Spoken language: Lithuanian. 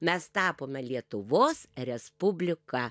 mes tapome lietuvos respublika